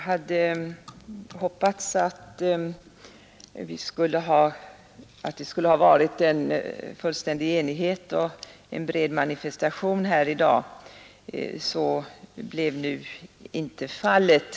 Herr talman! Jag hade hoppats att det skulle ha varit full enighet och en bred manifestation här i dag. Så blev nu inte fallet.